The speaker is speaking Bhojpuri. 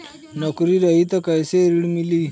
नौकरी रही त कैसे ऋण मिली?